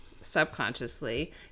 subconsciously